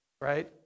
right